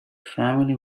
family